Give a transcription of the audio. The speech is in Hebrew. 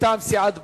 מטעם סיעת בל"ד.